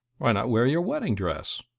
why not wear your wedding-dress?